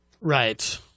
Right